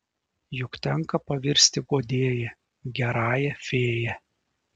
juk tenka pavirsti guodėja gerąją fėja